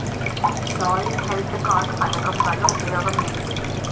Soil health card పథకం వల్ల ఉపయోగం ఏంటి?